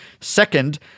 Second